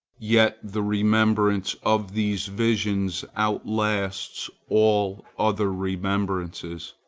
yet the remembrance of these visions outlasts all other remembrances,